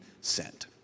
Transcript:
sent